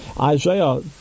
Isaiah